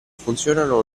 funzionano